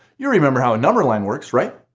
you remember how a number line works, right?